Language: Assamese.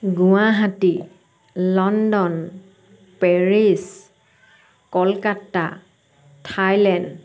Guwahati London Paris Kolkata Thailand